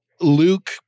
Luke